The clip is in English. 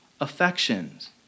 affections